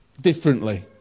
differently